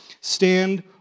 stand